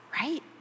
right